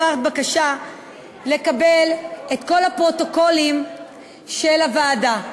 העברת בקשה לקבל את כל הפרוטוקולים של הוועדה,